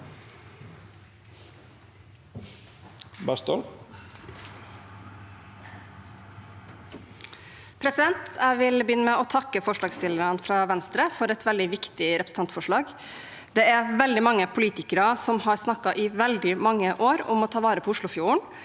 Jeg vil begynne med å takke forslagsstillerne fra Venstre for et veldig viktig representantforslag. Det er veldig mange politikere som har snakket i veldig mange år om å ta vare på Oslofjorden,